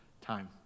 time